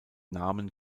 namen